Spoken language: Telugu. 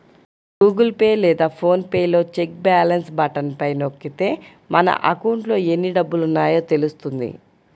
గూగుల్ పే లేదా ఫోన్ పే లో చెక్ బ్యాలెన్స్ బటన్ పైన నొక్కితే మన అకౌంట్లో ఎన్ని డబ్బులున్నాయో తెలుస్తుంది